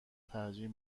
ترجیح